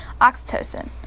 Oxytocin